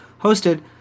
hosted